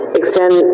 extend